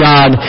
God